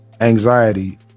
Anxiety